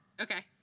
Okay